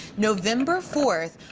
november fourth,